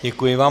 Děkuji vám.